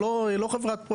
אז לא יחול מס רכישה.